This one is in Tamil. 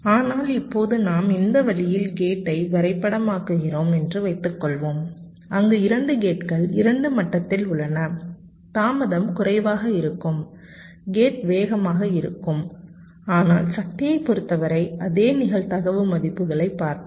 ஆனால் இப்போது நாம் இந்த வழியில் கேட்டை வரைபடமாக்குகிறோம் என்று வைத்துக்கொள்வோம் அங்கு கேட்கள் 2 மட்டத்தில் உள்ளன தாமதம் குறைவாக இருக்கும் கேட் வேகமாக இருக்கும் ஆனால் சக்தியைப் பொறுத்தவரை அதே நிகழ்தகவு மதிப்புகளைப் பார்ப்போம்